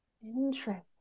Interesting